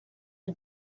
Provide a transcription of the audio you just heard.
the